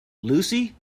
lucy